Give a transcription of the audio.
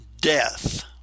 death